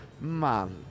man